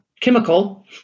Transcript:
chemical